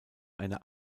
eine